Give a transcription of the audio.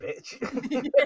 bitch